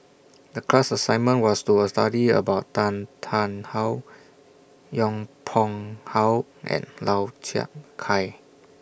The class assignment was to A study about Tan Tarn How Yong Pung How and Lau Chiap Khai